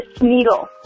needle